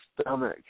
stomach